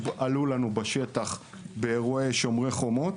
ושעלו גם לנו מהשטח באירועי "שומר החומות",